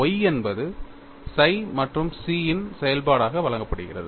Y என்பது psi மற்றும் chi இன் செயல்பாடாக வழங்கப்படுகிறது